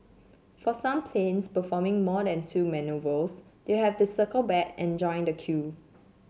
for some planes performing more than two manoeuvres they have to circle back and join the queue